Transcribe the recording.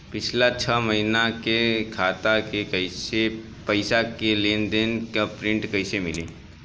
पिछला छह महीना के खाता के पइसा के लेन देन के प्रींट कइसे मिली?